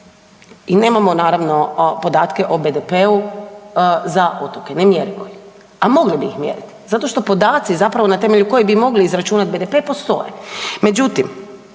I nemamo naravno, podatke o BDP-u za otoku, ne mjerimo ih, a mogli bi ih mjeriti zato što podaci zapravo na temelju kojih bi mogli izračunati BDP postoje.